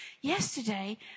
Yesterday